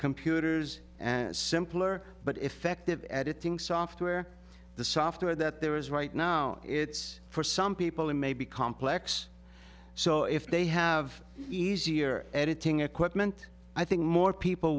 computers and simpler but effective editing software the software that there is right now it's for some people it may be complex so if they have easier editing equipment i think more people